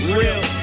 real